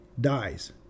dies